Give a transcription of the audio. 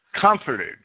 comforted